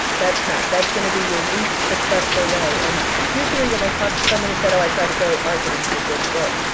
that's that's going to be your least successful way. and usually, when i talk to someone who said, i tried affiliate marketing and it didn't work,